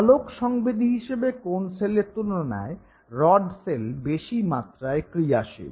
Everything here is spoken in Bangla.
আলোক সংবেদী হিসেবে কোণ সেলের তুলনায় রড সেল বেশিমাত্রায় ক্রিয়াশীল